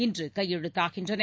இன்று கையெழுத்தாகின்றன